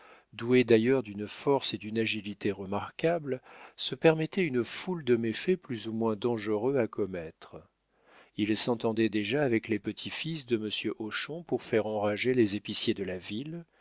doué d'ailleurs d'une force et d'une agilité remarquables se permettait une foule de méfaits plus ou moins dangereux à commettre il s'entendait déjà avec les petits-fils de monsieur hochon pour faire enrager les épiciers de la ville